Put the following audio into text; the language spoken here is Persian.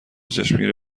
چشمگیر